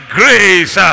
grace